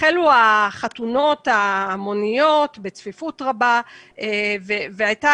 החלו החתונות ההמוניות בצפיפות רבה והייתה